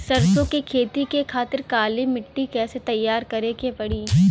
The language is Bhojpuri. सरसो के खेती के खातिर काली माटी के कैसे तैयार करे के पड़ी?